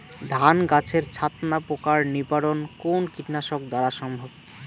ধান গাছের ছাতনা পোকার নিবারণ কোন কীটনাশক দ্বারা সম্ভব?